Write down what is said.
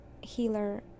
healer